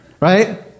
Right